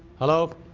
hello,